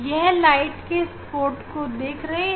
आप प्रकाश के धब्बा को देख रहे हैं